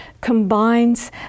combines